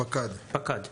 פקד.